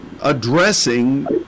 addressing